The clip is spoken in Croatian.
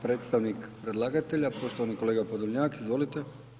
Predstavnik predlagatelja, poštovani kolega Podolnjak, izvolite.